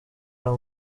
ayo